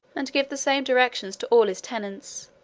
and give the same directions to all his tenants,